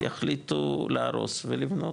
יחליטו להרוס ולבנות.